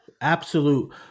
absolute